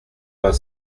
vingt